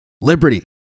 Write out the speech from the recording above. liberty